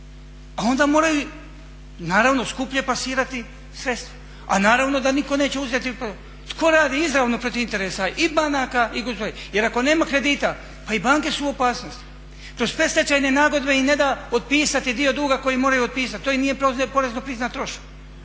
a onda moraju i naravno skuplje plasirati sredstva. A naravno da nitko neće uzeti. Tko radi izravno protiv interesa i banaka i …/Govornik se ne razumije./… jer ako nema kredita pa i banke su u opasnosti. Kroz sve stečajne nagodbe im ne da otpisati dio duga koji moraju otpisati. To im nije porezno priznat trošak.